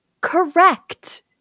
Correct